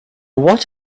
what